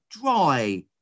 dry